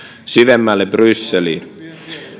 syvemmälle brysseliin